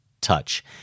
touch